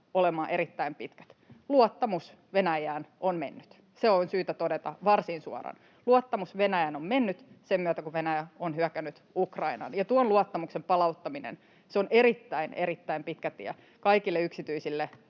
olemaan erittäin pitkät. Luottamus Venäjään on mennyt. Se on syytä todeta varsin suoraan. Luottamus Venäjään on mennyt sen myötä, kun Venäjä on hyökännyt Ukrainaan. Ja tuon luottamuksen palauttaminen, se on erittäin, erittäin pitkä tie kaikille yksityisille